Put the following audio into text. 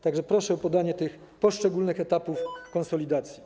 Tak że proszę o określenie tych poszczególnych etapów konsolidacji.